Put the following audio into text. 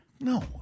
No